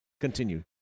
continue